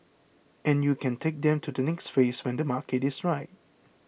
and you can take them to the next phase when the market is right